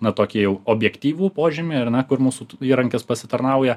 na tokį jau objektyvų požymį ar ne kur mūsų įrankis pasitarnauja